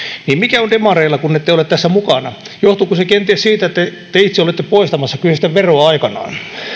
niin mikä on demareilla kun ette ole tässä mukana johtuuko se kenties siitä että te itse olitte poistamassa kyseistä veroa aikanaan